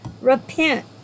Repent